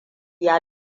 ya